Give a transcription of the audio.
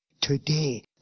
today